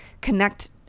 connect